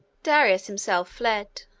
darius himself fled.